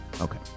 Okay